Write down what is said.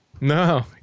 No